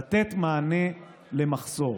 לתת מענה למחסור.